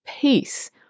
peace